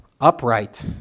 upright